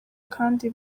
kandi